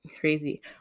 crazy